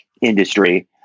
industry